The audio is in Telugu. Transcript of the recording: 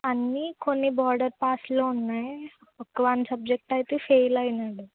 అన్నీ కొన్ని బోర్డర్ పాస్లా ఉన్నాయి ఒక వన్ సబ్జెక్ట్ అయితే ఫెయిల్ అయినాడు